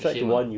it's a shame ah